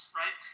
right